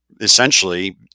essentially